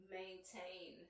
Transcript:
maintain